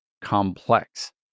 complex